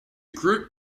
group